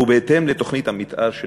ובהתאם לתוכנית המתאר של